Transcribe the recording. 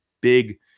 big